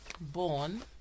born